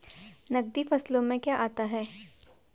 नकदी फसलों में क्या आता है?